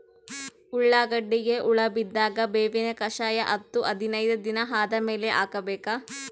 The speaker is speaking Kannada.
ಉಳ್ಳಾಗಡ್ಡಿಗೆ ಹುಳ ಬಿದ್ದಾಗ ಬೇವಿನ ಕಷಾಯ ಹತ್ತು ಹದಿನೈದ ದಿನ ಆದಮೇಲೆ ಹಾಕಬೇಕ?